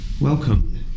welcome